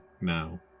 now